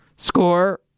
Score